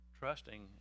trusting